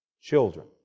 Children